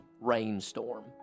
rainstorm